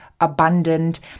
abundant